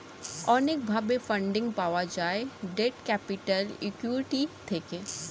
অনেক ভাবে ফান্ডিং পাওয়া যায় ডেট ক্যাপিটাল, ইক্যুইটি থেকে